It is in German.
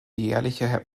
jährliche